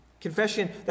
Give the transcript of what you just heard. Confession